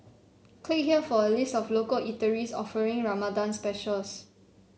click here for a list of local eateries offering Ramadan specials